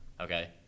Okay